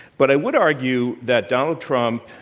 but i would argue that donald trump,